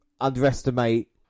underestimate